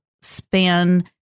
span